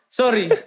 sorry